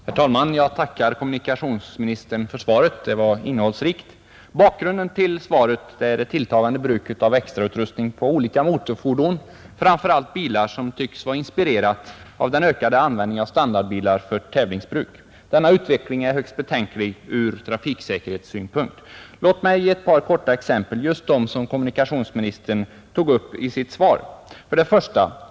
Herr talman! Jag tackar kommunikationsministern för svaret; det var ovanligt innehållsrikt. Bakgrunden till min fråga är det tilltagande bruket av extrautrustning på olika motorfordon, framför allt bilar, som tycks vara inspirerat av den ökade användningen av standardbilar för tävlingsbruk. Denna utveckling är högst betänklig ur trafiksäkerhetssynpunkt. Låt mig kort ge ett par exempel — just dem som kommunikationsministern angav i sitt svar. 1.